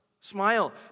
Smile